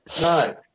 No